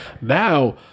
Now